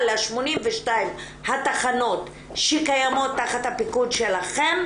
ל-82 התחנות שקיימות תחת הפיקוד שלכם,